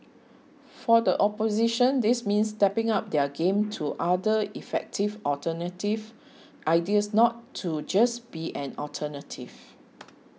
for the opposition this means stepping up their game to other effective alternative ideas not to just be an alternative